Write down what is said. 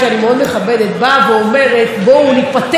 באה ואומרת: בואו ניפטר מהממשלה הזאת,